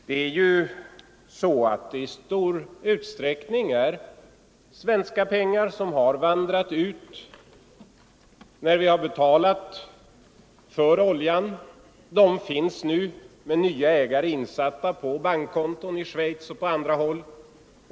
Det är ju i stor utsträckning svenska pengar som har vandrat ut när vi betalat för oljan, och dessa finns nu, med nya ägare, insatta på bankkonton i Schweiz och på andra håll.